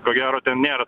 ko gero ten nėra